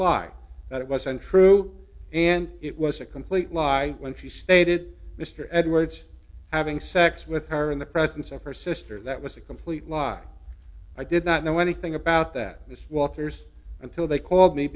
lie that it was untrue and it was a complete lie when she stated mr edwards having sex with her in the presence of her sister that was a complete lie i did not know anything about that this waters until they called me